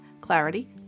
clarity